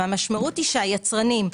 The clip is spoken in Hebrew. המשמעות היא שהיצרנים,